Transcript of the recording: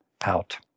out